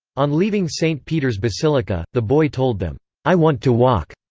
on leaving st. peter's basilica, the boy told them, i want to walk,